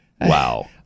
Wow